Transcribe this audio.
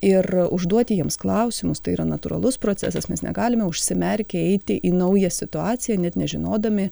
ir užduoti jiems klausimus tai yra natūralus procesas mes negalime užsimerkę eiti į naują situaciją net nežinodami